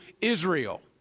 Israel